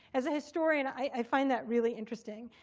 as a historian, i find that really interesting.